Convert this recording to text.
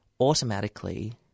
automatically